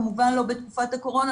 כמובן לא בתקופת הקורונה,